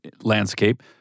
landscape